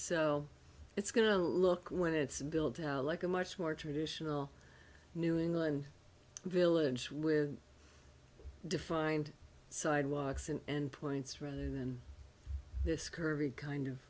so it's going to look when it's built like a much more traditional new england village with defined sidewalks and points rather than this curvy kind of